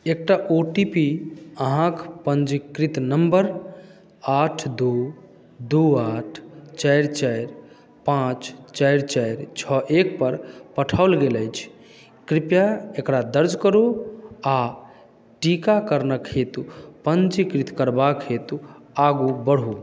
एकटा O T P अहाँक पञ्जीकृत नम्बर आठ दू दू आठ चारि चारि पाँच चारि चारि छओ एकपर पठाओल गेल अछि कृपया एकरा दर्ज करू आ टीकाकरणक हेतु पञ्जीकृत करबाक हेतु आगू बढ़ू